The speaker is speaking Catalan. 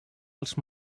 els